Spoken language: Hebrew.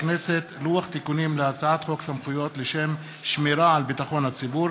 לוח תיקונים להצעת חוק סמכויות לשם שמירה על ביטחון הציבור